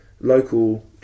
local